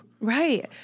Right